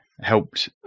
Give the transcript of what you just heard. helped